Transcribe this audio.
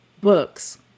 books